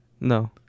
No